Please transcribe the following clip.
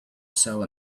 sell